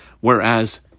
Whereas